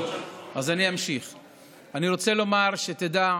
אני רוצה לומר, שתדע,